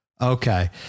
Okay